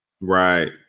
Right